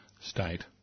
state